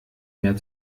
mehr